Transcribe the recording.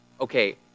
Okay